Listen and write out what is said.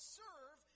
serve